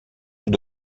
sous